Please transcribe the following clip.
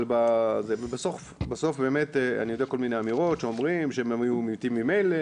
אבל בסוף באמת אני יודע כל מיני אמירות שהם היו מתים ממילא